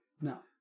No